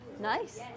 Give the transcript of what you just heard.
Nice